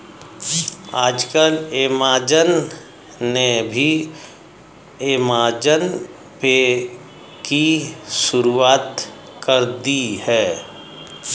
आजकल ऐमज़ान ने भी ऐमज़ान पे की शुरूआत कर दी है